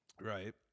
Right